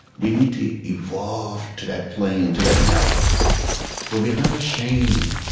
we need to evolve to that plane, to that level where we're not ashamed